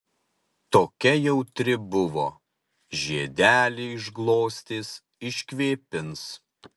tokia jautri buvo žiedelį išglostys iškvėpins